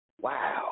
wow